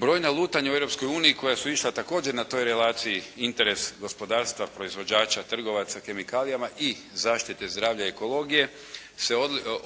Brojna lutanja u Europskoj uniji koja su išla također na toj relaciji interes gospodarstva, proizvođača, trgovaca kemikalijama i zaštite zdravlja i ekologije se